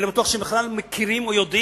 אני לא בטוח שהם בכלל מכירים או יודעים,